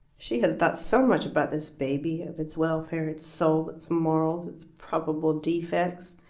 she had thought so much about this baby, of its welfare, its soul, its morals, its probable defects.